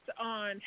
on